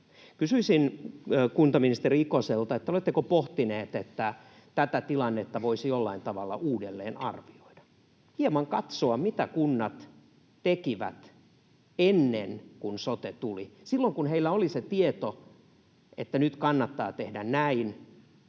Kysyisin kuntaministeri Ikoselta, että oletteko pohtineet, että tätä tilannetta voisi jollain tavalla uudelleen arvioida, hieman katsoa, mitä kunnat tekivät ennen kuin sote tuli, silloin kun heillä oli se tieto, että nyt kannattaa tehdä näin